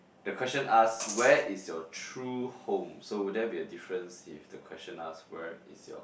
the question ask where is your true home so will there be a difference if the question ask where is your